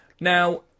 now